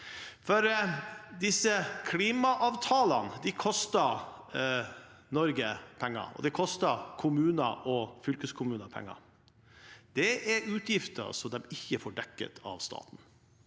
Disse klimaavtalene koster Norge penger, og det koster kommuner og fylkeskommuner penger. Det er utgifter som de ikke får dekket av staten.